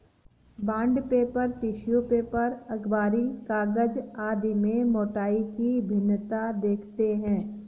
bond paper, tissue paper, अखबारी कागज आदि में मोटाई की भिन्नता देखते हैं